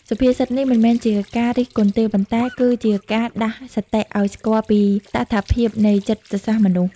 សុភាសិតនេះមិនមែនជាការរិះគន់ទេ ប៉ុន្តែគឺជាការដាស់សតិឱ្យស្គាល់ពីតថភាពនៃចិត្តសាស្ត្រមនុស្ស។